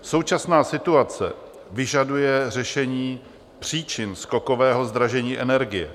Současná situace vyžaduje řešení příčin skokového zdražení energie.